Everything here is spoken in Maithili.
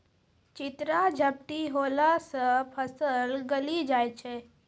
चित्रा झपटी होला से फसल गली जाय छै?